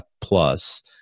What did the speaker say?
plus